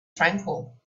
tranquil